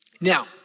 Now